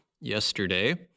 yesterday